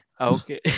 Okay